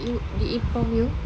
did it did it prompt you